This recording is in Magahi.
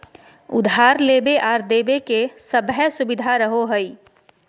उधार लेबे आर देबे के सभै सुबिधा रहो हइ